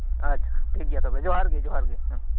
ᱟᱪᱷᱟ ᱴᱷᱤᱠ ᱜᱮᱭᱟ ᱛᱚᱵᱮ ᱡᱚᱦᱟᱨᱜᱤ ᱡᱚᱦᱟᱨᱜᱤ ᱦᱮᱸ ᱦᱮᱸ